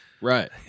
Right